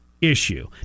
issue